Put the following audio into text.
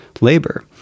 labor